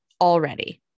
already